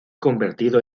convertido